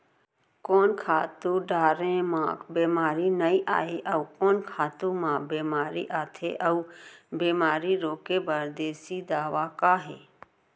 कोन खातू डारे म बेमारी नई आये, अऊ कोन खातू म बेमारी आथे अऊ बेमारी रोके बर देसी दवा का हे?